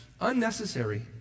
unnecessary